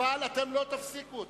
אבל אתם לא תפסיקו אותו,